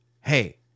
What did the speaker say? hey